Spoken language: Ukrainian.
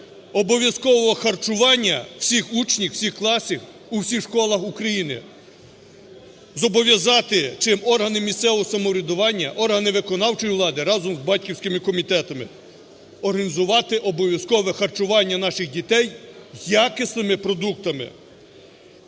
обов'язкового харчування всіх учнів, всіх класів, у всіх школах України. Зобов'язати органи місцевого самоврядування, органи виконавчої влади, разом з батьківськими комітетами, організувати обов'язкове харчування наших дітей якісними продуктами.